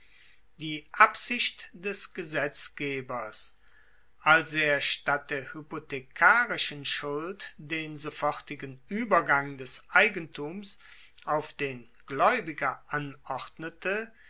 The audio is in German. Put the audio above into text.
die absicht des gesetzgebers als er statt der hypothekarischen schuld den sofortigen uebergang des eigentums auf den glaeubiger anordnete